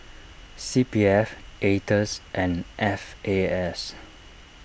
C P F Aetos and F A S